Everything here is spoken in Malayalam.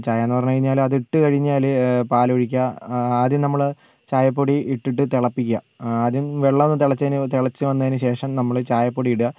ചായാന്ന് പറഞ്ഞ് കഴിഞ്ഞാൽ അത് ഇട്ട് കഴിഞ്ഞാൽ പാലൊഴിക്കുക ആദ്യം നമ്മൾ ചായപ്പൊടി ഇട്ടിട്ട് തിളപ്പിക്കുക ആദ്യം വെള്ളമൊന്ന് തിളച്ചതിന് തിളച്ച് വന്നതിന് ശേഷം നമ്മൾ ചായപ്പൊടി ഇടുക